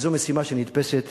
זו משימה שנתפסת